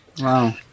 Wow